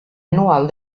anual